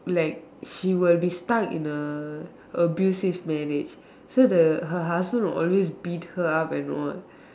like she will be stuck in a abusive marriage so the her husband will always beat her up and all